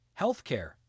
healthcare